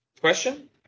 question